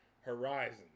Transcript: horizon